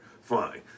Fine